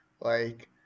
Like-